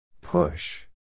Push